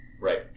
Right